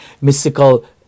mystical